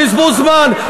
בזבוז זמן.